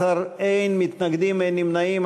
בעד, 19, אין מתנגדים, אין נמנעים.